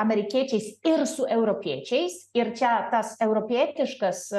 amerikiečiais ir su europiečiais ir čia tas europietiškas